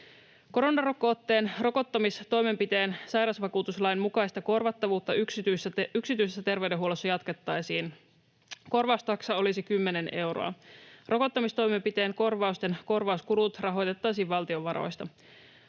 Koronarokotteen rokottamistoimenpiteen sairausvakuutuslain mukaista korvattavuutta yksityisessä terveydenhuollossa jatkettaisiin. Korvaustaksa olisi 10 euroa. Rokottamistoimenpiteen korvausten korvauskulut rahoitettaisiin valtion varoista.